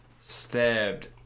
stabbed